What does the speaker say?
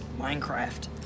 Minecraft